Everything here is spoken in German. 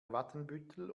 watenbüttel